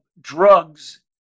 drugs